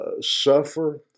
suffer